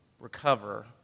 recover